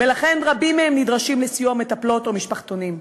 ולכן רבים מהם נדרשים לסיוע מטפלות או משפחתונים.